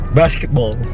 basketball